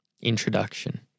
Introduction